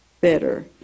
better